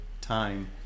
time